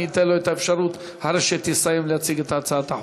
אני אתן לו את האפשרות אחרי שתסיים להציג את הצעת החוק.